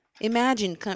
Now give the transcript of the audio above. Imagine